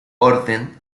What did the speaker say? orden